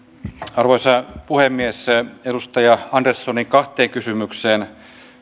arvoisa puhemies edustaja anderssonin kahteen kysymykseen